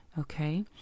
okay